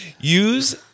Use